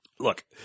Look